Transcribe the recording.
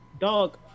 dog